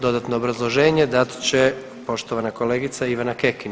Dodatno obrazloženje dat će poštovana kolegica Ivana Kekin.